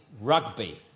rugby